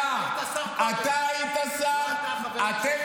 הבעיה היא שב-7 באוקטובר אתה היית שר ולא אני.